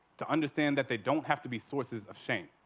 to understand that they don't have to be sources of shame.